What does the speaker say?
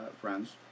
friends